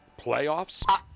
playoffs